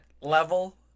level